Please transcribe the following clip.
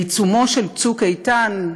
בעיצומו של "צוק איתן",